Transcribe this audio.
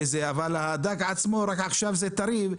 אבל הדג עצמו הוא טרי.